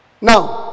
Now